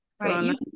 Right